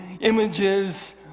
images